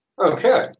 Okay